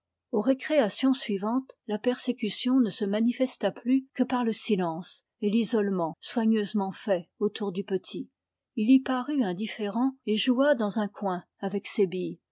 aux récréations suivantes la persécution ne se manifesta plus que par le silence et l'isolement soigneusement faits autour du petit il y parut indifférent et joua dans un coin avec ses billes